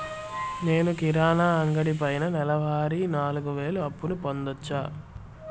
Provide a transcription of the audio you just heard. నేను కిరాణా అంగడి పైన నెలవారి నాలుగు వేలు అప్పును పొందొచ్చా?